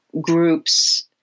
groups